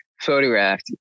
photographed